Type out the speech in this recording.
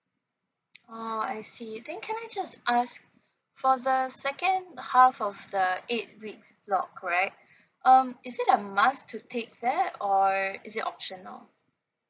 oh I see then can I just ask for the second half of the eight week block correct um is it a must to take that or is it optional